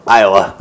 Iowa